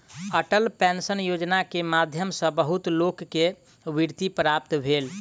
Atal pension Yojana के माध्यम सॅ बहुत लोक के वृत्ति प्राप्त भेल